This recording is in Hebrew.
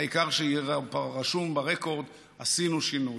העיקר שיהיה רשום ברקורד: עשינו שינוי.